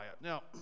Now